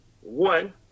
one